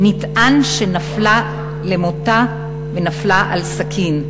נטען שנפלה על מותה ונפלה על סכין,